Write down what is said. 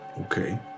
Okay